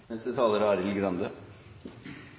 Neste talar er